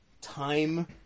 time